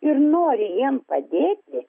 ir noriu jiem padėti